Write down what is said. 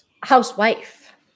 housewife